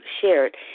shared